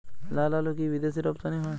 লালআলু কি বিদেশে রপ্তানি হয়?